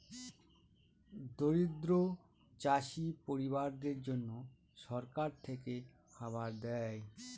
দরিদ্র চাষী পরিবারদের জন্যে সরকার থেকে খাবার দেয়